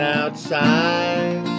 outside